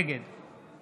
נגד